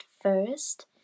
first